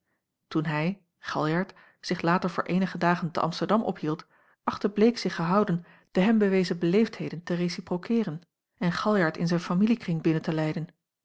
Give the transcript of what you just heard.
toen hij galjart zich later voor eenige dagen te amsterdam ophield achtte bleek zich gehouden de hem bewezen beleefdheden te reciproceeren en galjart in zijn familiekring binnen te leiden